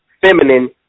feminine